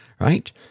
right